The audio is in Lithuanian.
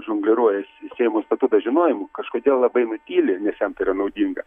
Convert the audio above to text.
žongliruojasi seimo statuto žinojimu kažkodėl labai nutyli nes jam tai yra naudinga